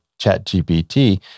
ChatGPT